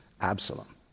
Absalom